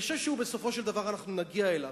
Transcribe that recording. אני חושב שבסופו של דבר נגיע אליו.